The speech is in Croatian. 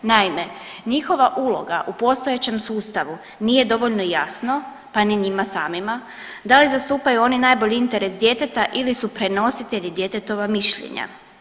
Naime, njihova uloga u postojećem sustavu nije dovoljno jasno pa ni njima samima da li zastupaju oni najbolji interes djeteta ili su prenositelji djetetova mišljenja.